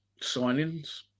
signings